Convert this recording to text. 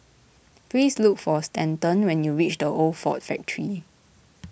please look for Stanton when you reach the Old Ford Factor